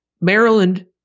Maryland